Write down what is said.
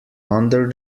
under